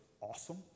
awesome